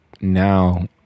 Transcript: now